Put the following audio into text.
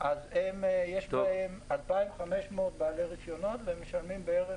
יש בערך 2,500 בעלי רישיונות והם משלמים בערך